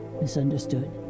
misunderstood